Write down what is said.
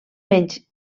menys